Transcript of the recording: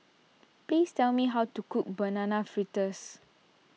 please tell me how to cook Banana Fritters